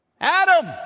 Adam